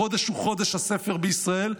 החודש הוא חודש הספר בישראל,